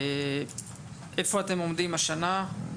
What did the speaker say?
איפה אתם עומדים השנה?